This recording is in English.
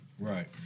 Right